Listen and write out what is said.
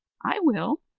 i will,